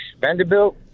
Vanderbilt